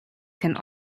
can